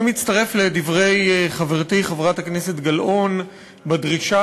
אני מצטרף לדברי חברתי חברת הכנסת גלאון בדרישה